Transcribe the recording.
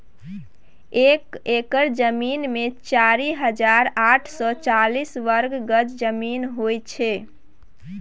एक एकड़ जमीन मे चारि हजार आठ सय चालीस वर्ग गज जमीन होइ छै